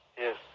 yes